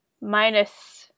minus